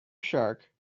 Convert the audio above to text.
shark